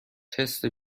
تست